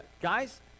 guys